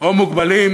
או מוגבלים